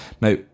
Now